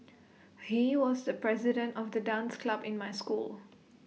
he was the president of the dance club in my school